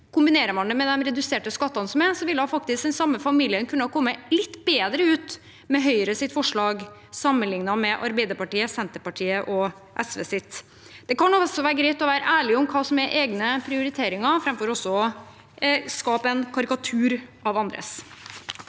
Kombinerer man det med de reduserte skattene som er, kunne faktisk den samme familien ha kommet litt bedre ut med Høyres forslag, sammenlignet med forslaget til Arbeiderpartiet, Senterpartiet og SV. Det kan også være greit å være ærlig om hva som er egne prioriteringer, framfor å skape en karikatur av andres.